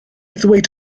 ddweud